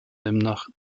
demnach